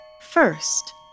First